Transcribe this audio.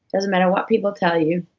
doesn't matter what people tell you,